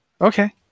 Okay